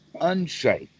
unsafe